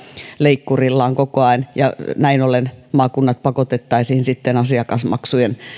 leikkurillaan koko ajan näin ollen maakunnat pakotettaisiin asiakasmaksujen